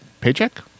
paycheck